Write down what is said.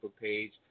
page